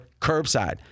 curbside